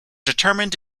determined